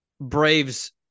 Braves –